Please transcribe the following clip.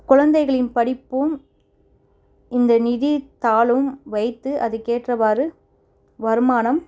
குழந்தைகளின் படிப்பும் இந்த நிதித்தாளும் வைத்து அதுக்கேற்றவாறு வருமானம்